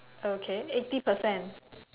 okay eighty percent